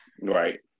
Right